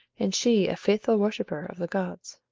and she a faithful worshipper of the gods.